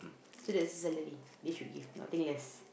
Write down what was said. so that's the salary they should give nothing less